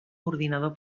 ordinador